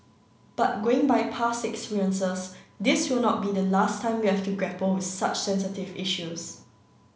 but going by past experiences this will not be the last time we have to grapple with such sensitive issues